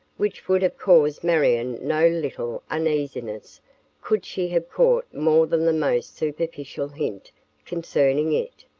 which would have caused marion no little uneasiness could she have caught more than the most superficial hint concerning it.